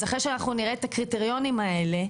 אז אחרי שאנחנו נראה את הקריטריונים האלה,